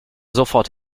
sofort